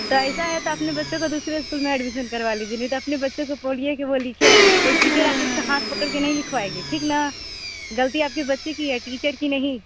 तो ऐसा है तो अपने बच्चे का दूसरे इस्कूल में एड्मिसन करवा लीजिए नहीं तो अपने बच्चे को बोलिए कि वो लिखे कोई टीचर आकर उसका हाथ पकड़ के नहीं लिखवाएगे ठीक ना ग़लती आपके बच्चे की है टीचर की नहीं